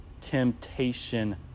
temptation